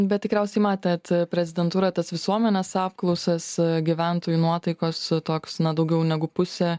bet tikriausiai matėt prezidentūrą tas visuomenės apklausas gyventojų nuotaikos toks na daugiau negu pusę